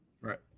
Right